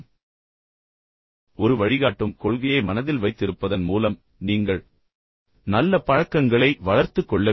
ஏனென்றால் மேலும் ஒரு வழிகாட்டும் கொள்கையை மனதில் வைத்திருப்பதன் மூலம் நீங்கள் நல்ல பழக்கங்களை வளர்த்துக் கொள்ள வேண்டும்